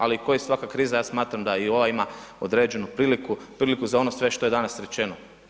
Ali ko i svaka kriza, ja smatram da i ova ima određenu priliku, priliku za oni sve što je danas rečeno.